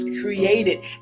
created